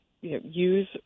use